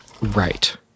Right